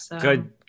Good